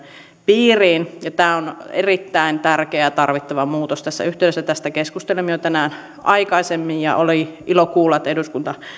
piiriin tämä on erittäin tärkeä ja tarvittava muutos tässä yhteydessä tästä keskustelimme jo tänään aikaisemmin ja oli ilo kuulla että eduskunta